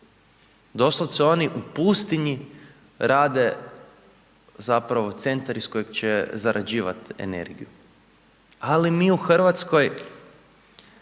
Doslovce oni u pustinji rade zapravo centar iz kojeg će zarađivati energiju. Ali mi u Hrvatskoj